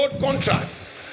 contracts